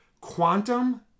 Quantum